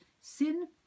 Sin